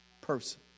person